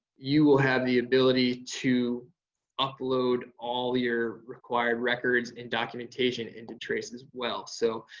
you will have the ability to upload all your required records and documentation into trace as well. so,